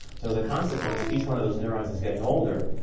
so as a consequence, each one of those neurons is getting older.